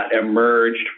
emerged